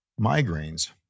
migraines